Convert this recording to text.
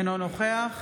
אינו נוכח